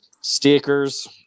stickers